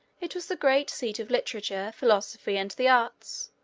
it was the great seat of literature, philosophy, and the arts,